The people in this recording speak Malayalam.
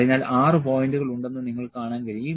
അതിനാൽ 6 പോയിന്റുകൾ ഉണ്ടെന്ന് നിങ്ങൾക്ക് കാണാൻ കഴിയും